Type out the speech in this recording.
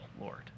Lord